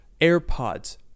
AirPods